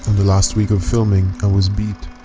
the last week of filming i was beat,